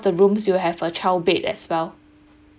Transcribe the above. the rooms you have a child bed as well